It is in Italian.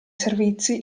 servizi